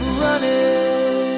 running